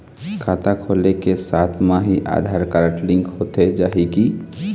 खाता खोले के साथ म ही आधार कारड लिंक होथे जाही की?